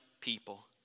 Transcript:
people